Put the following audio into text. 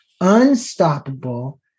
unstoppable